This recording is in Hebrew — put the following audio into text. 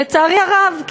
ולצערי הרב,